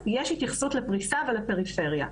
יש התייחסות לפריסה ולפריפריה.